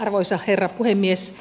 arvoisa herra puhemies